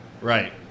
Right